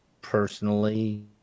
personally